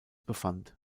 befand